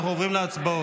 אנחנו עוברים להצבעות,